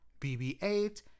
bb8